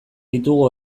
ditugu